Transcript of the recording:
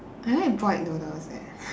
I like boiled noodles leh